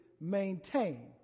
maintain